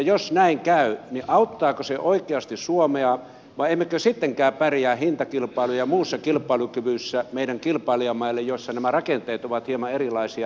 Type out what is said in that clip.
jos näin käy niin auttaako se oikeasti suomea vai emmekö sittenkään pärjää hintakilpailu ja muussa kilpailukyvyssä meidän kilpailijamaille joissa nämä rakenteet ovat hieman erilaisia